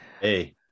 Hey